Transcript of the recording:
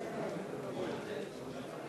רצוי.